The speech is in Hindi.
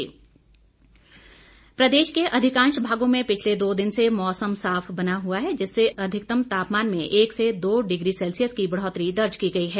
मौसम प्रदेश के अधिकांश भागों में पिछले दो दिन से मौसम साफ बना हुआ है जिससे अधिकतम तापमान में एक से दो डिग्री सैल्सियस की बढ़ौतरी दर्ज की गई है